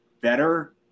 better